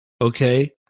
Okay